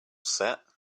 set